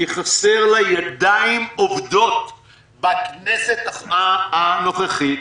כי חסרים לה ידיים עובדות בכנסת הנוכחית,